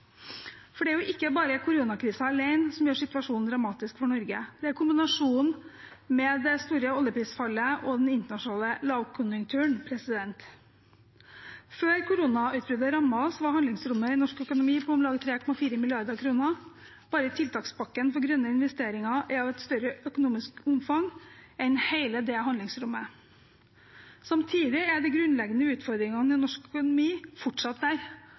for det er ikke bare koronakrisen alene som gjør situasjonen dramatisk for Norge. Det er kombinasjonen med det store oljeprisfallet og den internasjonale lavkonjunkturen. Før koronautbruddet rammet oss, var handlingsrommet i norsk økonomi på om lag 3,4 mrd. kr. Bare tiltakspakken for grønne investeringer er av et større økonomisk omfang enn hele det handlingsrommet. Samtidig er de grunnleggende utfordringene i norsk økonomi fortsatt der